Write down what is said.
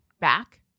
back